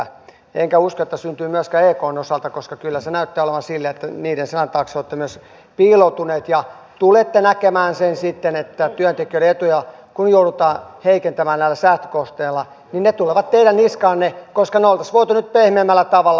enkä usko että syntyy myöskään ekn osalta koska kyllä se näyttää olevan silleen että niiden selän taakse olette myös piiloutuneet ja tulette näkemään sen sitten että työntekijöiden etuja kun joudutaan heikentämään näillä säästökohteilla niin ne tulevat teidän niskaanne koska ne olisi voitu nyt pehmeämmällä tavalla hoitaa